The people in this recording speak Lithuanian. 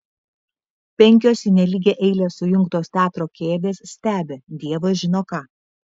penkios į nelygią eilę sujungtos teatro kėdės stebi dievas žino ką